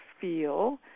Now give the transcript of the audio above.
feel